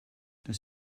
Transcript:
das